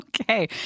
Okay